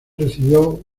recibió